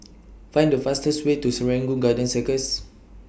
Find The fastest Way to Serangoon Garden Circus